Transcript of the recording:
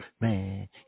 Man